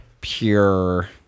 pure